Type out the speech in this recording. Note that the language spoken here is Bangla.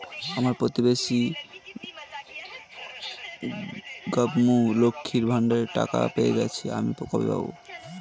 আমার প্রতিবেশী গাঙ্মু, লক্ষ্মীর ভান্ডারের টাকা পেয়ে গেছে, আমি কবে পাব?